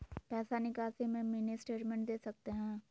पैसा निकासी में मिनी स्टेटमेंट दे सकते हैं?